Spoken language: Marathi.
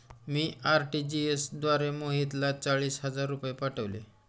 मी आर.टी.जी.एस द्वारे मोहितला चाळीस हजार रुपये पाठवले